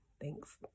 thanks